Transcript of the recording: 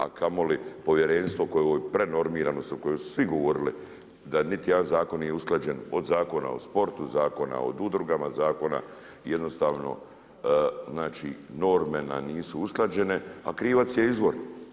A kamoli povjerenstvo kojoj u ovoj prenormiranosti, u kojoj su svi govorili, da niti jedan zakon nije usklađen, od Zakona o sportu, Zakona o udrugama, Zakona i jednostavno znači, norme nam nisu usklađene, a krivac je izvor.